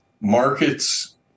Markets